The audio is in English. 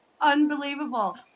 unbelievable